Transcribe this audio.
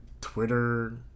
Twitter